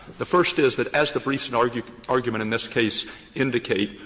the first is that, as the briefs and argument argument in this case indicate,